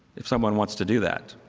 if someone wants to do that.